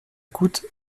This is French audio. coûte